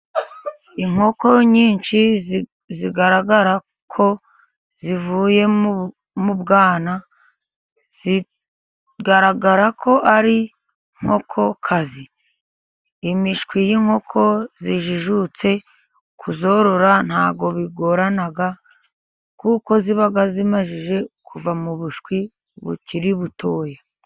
Inkoko nyinshi zigaragara ko zivuye mu bwana. Zigaragara ko ari inkokokazi, imishwi y'inkoko zijijutse, kuzorora ntabwo bigorana kuko ziba zimaze kuva mu bushwi bukiri butoya.